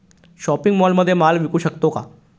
Shopping मॉलमध्ये माल विकू शकतो का?